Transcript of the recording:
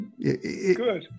Good